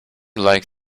like